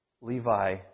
Levi